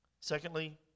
Secondly